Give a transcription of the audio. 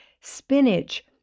spinach